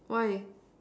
why